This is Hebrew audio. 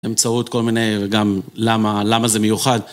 באמצעות כל מיני וגם למה זה מיוחד